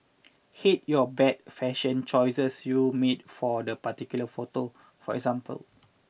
hate your bad fashion choices you made for the particular photo for example